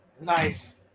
Nice